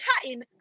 chatting